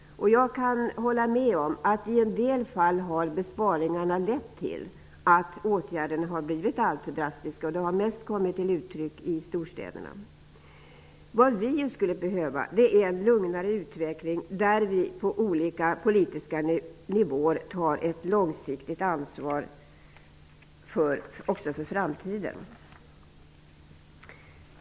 Jag kan hålla med om att besparingarna i en del fall har lett till att åtgärderna har blivit alltför drastiska, vilket mest har kommit till uttryck i storstäderna. Vad vi nu behöver är en lugnare utveckling, där vi på olika politiska nivåer tar ett långsiktigt ansvar också för framtiden.